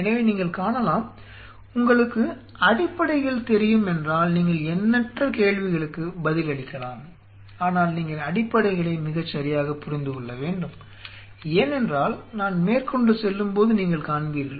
எனவே நீங்கள் காணலாம் உங்களுக்கு அடிப்படைகள் தெரியும் என்றால் நீங்கள் எண்ணற்ற கேள்விகளுக்குப் பதிலளிக்கலாம் ஆனால் நீங்கள் அடிப்படைகளை மிகச் சரியாகப் புரிந்து கொள்ள வேண்டும் ஏனென்றால் நான் மேற்கொண்டு செல்லும்போது நீங்கள் காண்பீர்கள்